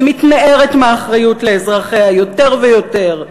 ומתנערת מאחריות לאזרחיה יותר ויותר,